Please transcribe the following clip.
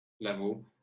level